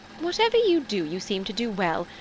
whatever you do you seem to do well,